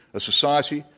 a society,